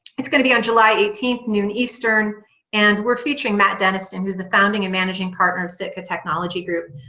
it's going to be on july eighteenth noon eastern and we're featuring matt dentist and who's the founding and managing partner of sick a technology group